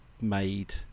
made